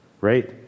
right